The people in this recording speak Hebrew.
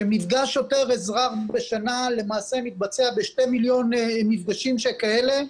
שמפגש שוטר-אזרח בשנה למעשה מתבצע בשני מיליון מפגשים כאלה,